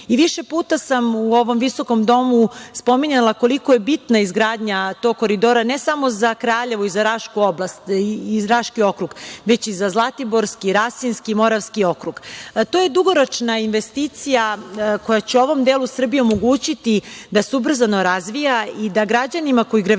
Više puta sam u ovom visokom domu spominjala koliko je bitna izgradnja tog koridora, ne samo za Kraljevo i za Raški okrug, već i za Zlatiborski, Rasinski, Moravski okrug. To je dugoročna investicija koja će ovom delu Srbije omogućiti da se ubrzano razvija i da građani koji gravitiraju